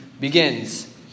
begins